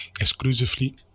exclusively